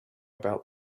about